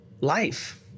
life